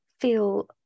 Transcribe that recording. feel